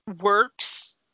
works